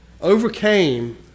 overcame